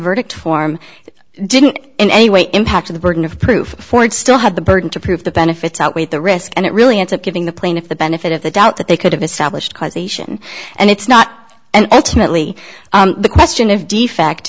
verdict form didn't in any way impact of the burden of proof for it still had the burden to prove the benefits outweigh the risk and it really ends up giving the plaintiff the benefit of the doubt that they could have established causation and it's not and ultimately the question of defect